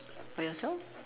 by yourself